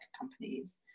companies